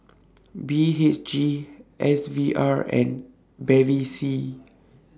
B H G S V R and Bevy C